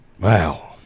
Wow